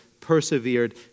persevered